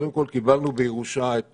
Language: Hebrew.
קודם כול, קיבלנו בירושה את